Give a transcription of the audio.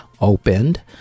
opened